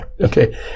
okay